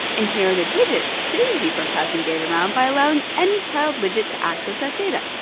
inheritedwidget saves you from passing data around by allowing any child widget to access that data.